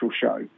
show